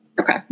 Okay